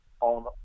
on